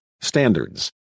standards